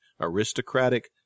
aristocratic